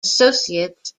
associates